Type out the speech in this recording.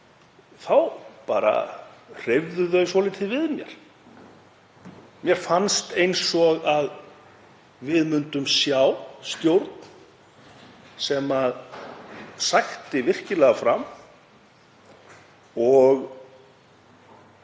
þá hreyfðu þau svolítið við mér. Mér fannst eins og við myndum sjá stjórn sem sækti virkilega fram og